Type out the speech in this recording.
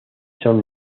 son